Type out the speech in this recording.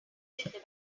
vatican